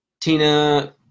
Tina